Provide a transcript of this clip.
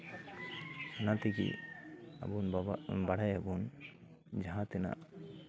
ᱚᱱᱟ ᱛᱮᱜᱮ ᱟᱵᱚ ᱵᱟᱲᱟᱭᱟᱵᱚᱱ ᱡᱟᱦᱟᱸ ᱛᱤᱱᱟᱹᱜ